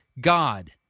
God